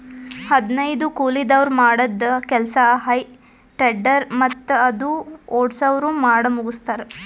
ಹದನೈದು ಕೂಲಿದವ್ರ್ ಮಾಡದ್ದ್ ಕೆಲ್ಸಾ ಹೆ ಟೆಡ್ಡರ್ ಮತ್ತ್ ಅದು ಓಡ್ಸವ್ರು ಮಾಡಮುಗಸ್ತಾರ್